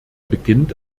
beginnt